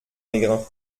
mégrin